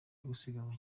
gusiganwa